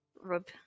rub